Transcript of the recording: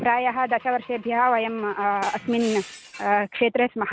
प्रायः दशवर्षेभ्यः वयं अस्मिन् क्षेत्रे स्मः